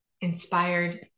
inspired